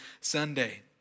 Sunday